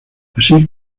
así